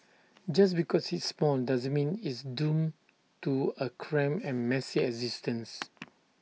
just because it's small doesn't mean it's doomed to A cramped and messy existence